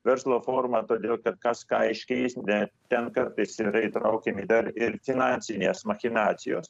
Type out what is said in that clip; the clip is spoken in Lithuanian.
verslo forma todėl kad kas ką iškeis net ten kartais yra įtraukiami dar ir finansinės machinacijos